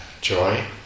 joy